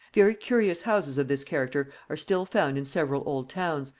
very curious houses of this character are still found in several old towns,